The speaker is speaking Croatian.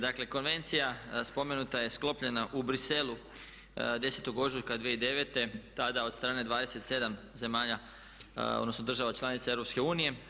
Dakle, konvencija spomenuta je sklopljena u Bruxellesu 10. ožujka 2009., tada od strane 27 zemalja odnosno država članica EU.